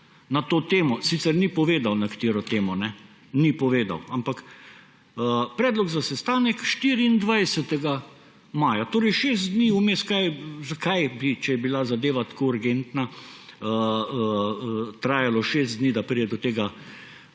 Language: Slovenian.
na to temo. Sicer ni povedal, na katero temo, ni povedal, ampak predlog za sestanek 24. maja ‒ torej šest dni vmes. Zakaj je, če je bila zadeva tako urgentna, trajalo šest dni, da pride do tega